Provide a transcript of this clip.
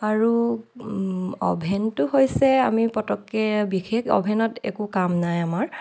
আৰু অ'ভেনটো হৈছে আমি পটককে বিশেষ অ'ভেনত একো কাম নাই আমাৰ